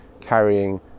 carrying